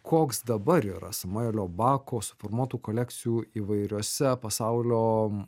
koks dabar yra samuelio bako suformuotų kolekcijų įvairiose pasaulio